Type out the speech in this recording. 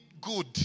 Good